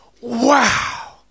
wow